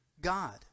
God